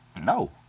No